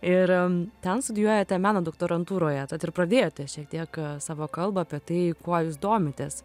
ir ten studijuojate meno doktorantūroje tad ir pradėjote šiek tiek savo kalbą apie tai kuo jūs domitės